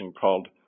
called